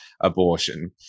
abortion